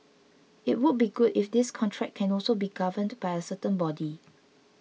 it would be good if this contract can also be governed by a certain body